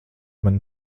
mani